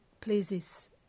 places